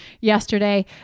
yesterday